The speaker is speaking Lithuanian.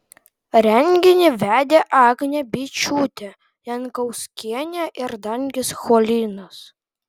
renginį vedė agnė byčiūtė jankauskienė ir dangis cholinas